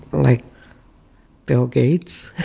like bill gates